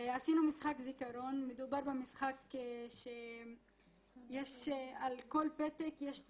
עשינו משחק זיכרון מדובר במשחק שעל כל פתק יש את